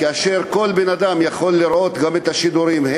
כאשר כל בן-אדם יכול לראות את השידורים גם